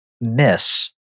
miss